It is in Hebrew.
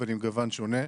אבל עם גוון שונה,